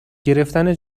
گرفتن